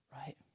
Right